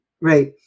right